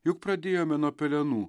juk pradėjome nuo pelenų